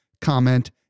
comment